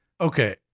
Okay